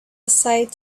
aside